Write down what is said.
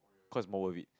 cause more worth it